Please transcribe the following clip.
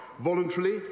voluntarily